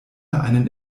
einen